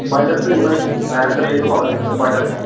boiler تہٕ یِمَے پیرَنٹہٕ تھٲیِو تُہۍ کۄ کۄینٛٹل کھَنٛڈ